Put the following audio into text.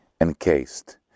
encased